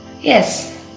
Yes